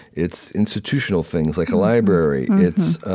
it's institutional things like a library. it's